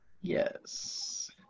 Yes